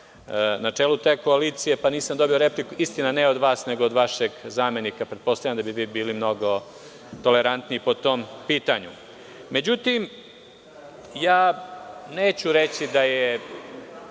na čelu te koalicije, pa nisam dobio repliku. Istina, ne od vas nego od vašeg zamenika. Pretpostavljam da bi vi bili mnogo tolerantniji po tom pitanju. Neću reći da je